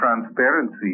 transparency